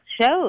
shows